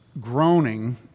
groaning